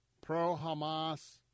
pro-Hamas